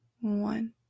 one